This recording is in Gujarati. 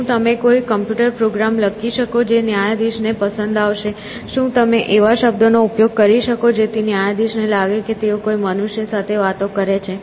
શું તમે કોઈ કમ્પ્યુટર પ્રોગ્રામ લખી શકો છો જે ન્યાયાધીશ ને પસંદ આવશે શું તમે એવા શબ્દો નો ઉપયોગ કરી શકો છો જેથી ન્યાયાધીશ ને લાગે કે તેઓ કોઈ મનુષ્ય સાથે વાત કરે છે